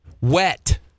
Wet